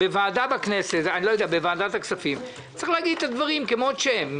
בוועדת הכספים צריך להגיד את הדברים כמות שהם.